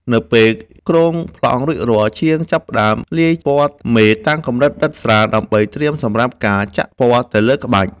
នៅពេលគ្រោងប្លង់រួចរាល់ ជាងចាប់ផ្ដើមលាយពណ៌មេតាមកម្រិតដិតស្រាល ដើម្បីត្រៀមសម្រាប់ការចាក់ពណ៌ទៅលើក្បាច់។